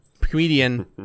Comedian